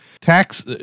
tax